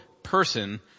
person